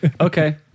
Okay